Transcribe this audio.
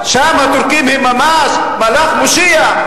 אבל שם הטורקים הם ממש מלאך מושיע,